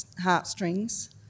heartstrings